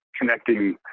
connecting